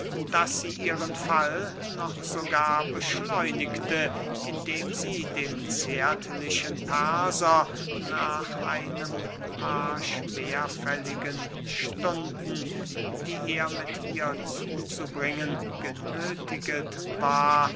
daß sie ihren fall noch sogar beschleunigte indem sie dem zärtlichen perser nach einem paar schwerfälligen stunden die er mit ihr zuzubringen genöthiget war